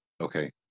okay